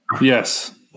Yes